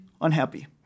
unhappy